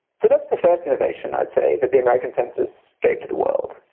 so that's the first innovation, i'd say, that the american census gave to the world.